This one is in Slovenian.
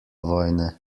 vojne